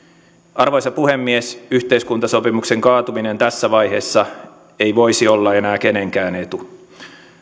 arvoisa puhemies yhteiskuntasopimuksen kaatuminen tässä vaiheessa ei voisi olla enää kenenkään etu